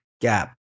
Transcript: gap